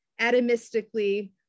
atomistically